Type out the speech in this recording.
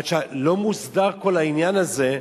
עד שלא מוסדר כל העניין הזה,